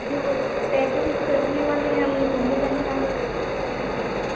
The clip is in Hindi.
जो ट्रैवल करने वाले हैं वो घूमने जाने वाले हैं सात जने ही जाएंगे